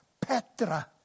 Petra